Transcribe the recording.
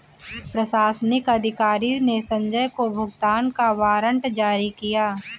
प्रशासनिक अधिकारी ने संजय को भुगतान का वारंट जारी किया